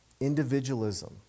individualism